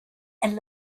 and